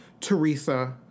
Teresa